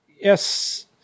Yes